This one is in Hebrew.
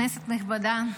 כנסת נכבדה,